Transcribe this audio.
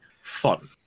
fun